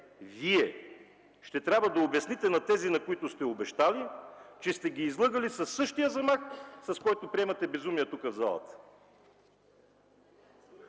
Вие ще трябва да обясните на тези, на които сте обещали, че сте ги излъгали със същия замах, с който приемате безумия тук в залата.